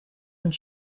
und